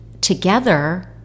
together